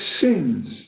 sins